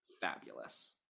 fabulous